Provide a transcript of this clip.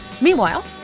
Meanwhile